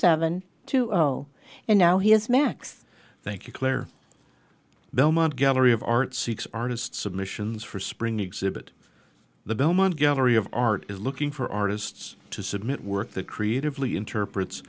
seven two zero and now he has max thank you claire belmont gallery of art six artist submissions for spring exhibit the belmont gallery of art is looking for artists to submit work the creatively interpret